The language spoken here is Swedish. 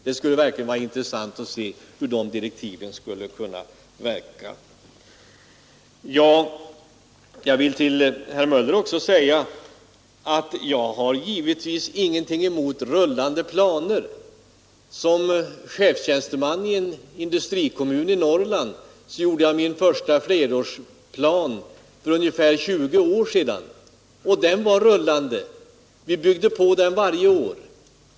Det skulle verkligen vara intressant att se hur de skulle kunna utformas. Till herr Möller i Göteborg vill jag också säga att jag givetvis inte har någonting emot rullande planer. Som chefstjänsteman i en industrikommun i Norrland gjorde jag min första flerårsplan redan för ungefär 20 år sedan. Den var rullande, vi byggde på den varje år.